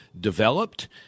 developed